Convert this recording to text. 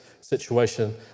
situation